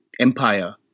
empire